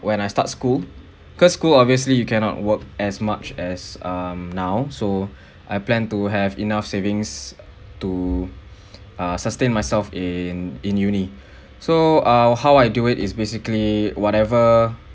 when I start school because school obviously you cannot work as much as um now so I plan to have enough savings to uh sustain myself in in uni so uh how I do it is basically whatever